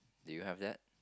do you have that